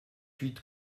huit